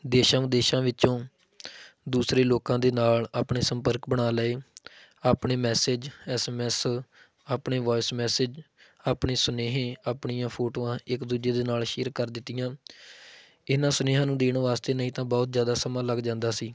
ਦੇਸ਼ਾਂ ਵਿਦੇਸ਼ਾਂ ਵਿੱਚੋਂ ਦੂਸਰੇ ਲੋਕਾਂ ਦੇ ਨਾਲ ਆਪਣੇ ਸੰਪਰਕ ਬਣਾ ਲਏ ਆਪਣੇ ਮੈਸੇਜ ਐਸ ਐਮ ਐਸ ਆਪਣੇ ਵੋਇਸ ਮੈਸੇਜ ਆਪਣੇ ਸੁਨੇਹੇ ਆਪਣੀਆਂ ਫੋਟੋਆਂ ਇੱਕ ਦੂਜੇ ਦੇ ਨਾਲ ਸ਼ੇਅਰ ਕਰ ਦਿੱਤੀਆਂ ਇਹਨਾਂ ਸੁਨੇਹਿਆਂ ਨੂੰ ਦੇਣ ਵਾਸਤੇ ਨਹੀਂ ਤਾਂ ਬਹੁਤ ਜ਼ਿਆਦਾ ਸਮਾਂ ਲੱਗ ਜਾਂਦਾ ਸੀ